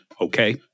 Okay